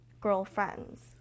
girlfriends